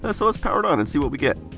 ah so, let's power it on and see what we get.